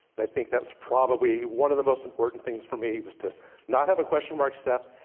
and i think that's probably, one of the most important things for me, was to not have a question mark step,